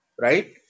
right